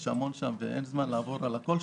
יש שם המון דברים ואין זמן לעבור על הכול,